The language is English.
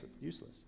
useless